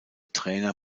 trainer